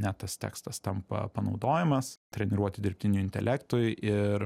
net tas tekstas tampa panaudojamas treniruoti dirbtiniui intelektui ir